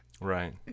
Right